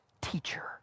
teacher